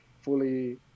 fully